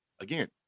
Again